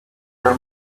her